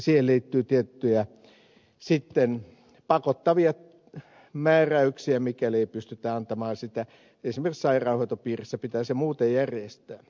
siihen liittyy tiettyjä pakottavia määräyksiä mikäli ei pystytä antamaan sitä esimerkiksi sairaanhoitopiirissä pitää se muuten järjestää